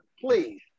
please